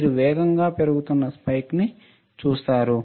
మీరు వేగంగా పెరుగుతున్న స్పైక్ను చూస్తారు